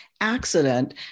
accident